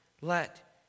let